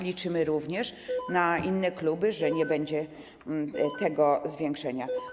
Liczymy również na inne kluby, że nie będzie tego zwiększenia.